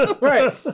right